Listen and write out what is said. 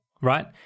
right